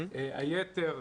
היתר,